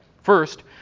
First